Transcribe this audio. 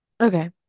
Okay